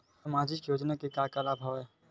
सामाजिक योजना के का का लाभ हवय?